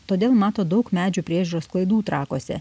todėl mato daug medžių priežiūros klaidų trakuose